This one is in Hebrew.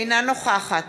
אינה נוכחת